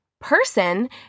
person